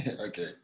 Okay